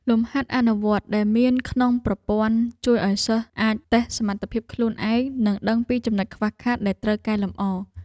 លំហាត់អនុវត្តដែលមានក្នុងប្រព័ន្ធជួយឱ្យសិស្សអាចតេស្តសមត្ថភាពខ្លួនឯង និងដឹងពីចំណុចខ្វះខាតដែលត្រូវកែលម្អ។